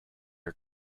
are